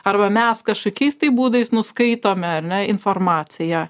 arba mes kažkokiais būdais nuskaitome ar ne informaciją